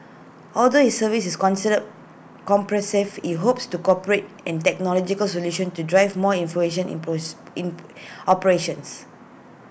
although his service is considered comprehensive he hopes to corporate and technological solutions to drive more innovation in in operations